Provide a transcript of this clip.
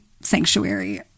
sanctuary